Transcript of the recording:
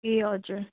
ए हजुर